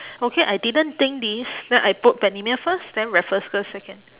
okay I didn't think this then I put bendemeer first then raffles girls' second